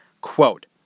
Quote